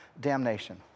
damnation